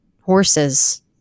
horses